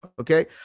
okay